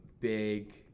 Big